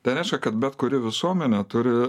tai reiškia kad bet kuri visuomenė turi